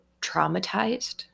traumatized